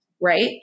right